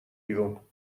بیرون